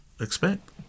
expect